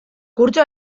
kurtso